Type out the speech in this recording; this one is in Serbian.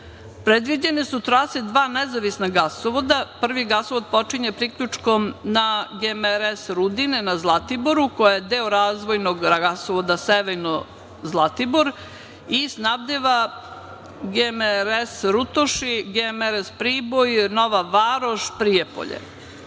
Rutošu. Predviđene su trase dva nezavisna gasovoda. Prvi gasovod počinje priključkom na GMRS Rudine na Zlatiboru, koja je deo razvojnog gasovoda Sevojno-Zlatibor i snabdeva GMRS Rutoši, GMRS Priboj, Nova Varoš, Prijepolje. Drugi